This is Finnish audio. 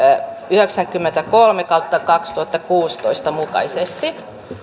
yhdeksänkymmentäkolme kautta kaksituhattakuusitoista mukaisesti